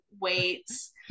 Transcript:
weights